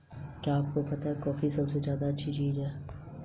क्या मुझे दीवाली के लिए त्यौहारी ऋण मिल सकता है?